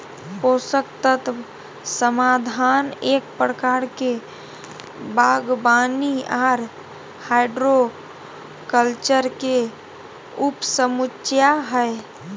पोषक तत्व समाधान एक प्रकार के बागवानी आर हाइड्रोकल्चर के उपसमुच्या हई,